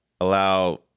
allow